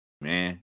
man